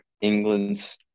England's